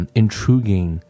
intriguing